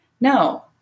No